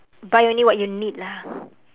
buy only what you need lah